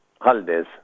holidays